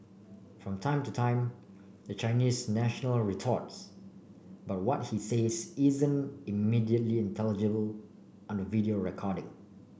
from time to time the Chinese national retorts but what he says isn't immediately intelligible on the video recording